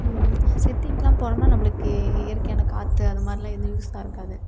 சிட்டிக்குலாம் போனோம்னா நம்மளுக்கு இயற்கையான காற்று அது மாதிரிலாம் எதுவும் யூஸ்ஸாக இருக்காது